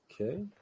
Okay